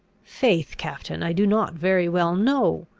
faith, captain, i do not very well know.